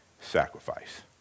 sacrifice